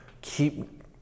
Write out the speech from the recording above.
Keep